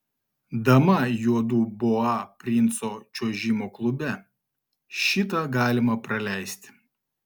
dama juodu boa princo čiuožimo klube šitą galima praleisti